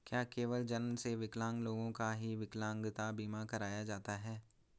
क्या केवल जन्म से विकलांग लोगों का ही विकलांगता बीमा कराया जाता है?